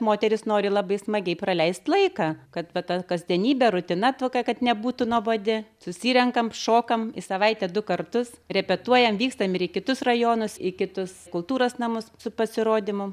moteris nori labai smagiai praleist laiką kad ta kasdienybė rutina tokia kad nebūtų nuobodi susirenkam šokam į savaitę du kartus repetuojam vykstam ir į kitus rajonus į kitus kultūros namus su pasirodymu